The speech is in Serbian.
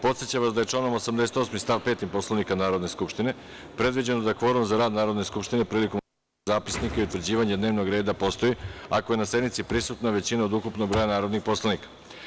Podsećam vas da je članom 88. stav 5. Poslovnika Narodne skupštine predviđeno da kvorum za rad Narodne skupštine prilikom zapisnika i utvrđivanja dnevnog reda postoji, a ako je na sednici prisutna većina od ukupnog broja narodnih poslanika.